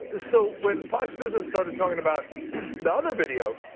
ah so when fox business started talking about the other video